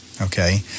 okay